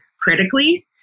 critically